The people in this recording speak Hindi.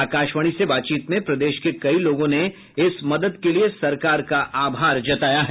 आकाशवाणी से बातचीत में प्रदेश के कई लोगों ने इस मदद के लिए सरकार का आभार जताया है